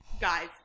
guys